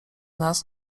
nas